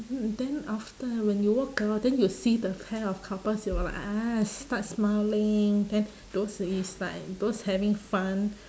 mm then after when you walk out then you see the pair of couples you will like ah start smiling then those is like those having fun